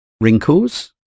wrinkles